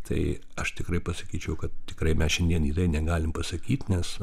tai aš tikrai pasakyčiau kad tikrai mes šiandien negalime pasakyt nes